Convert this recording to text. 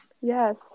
Yes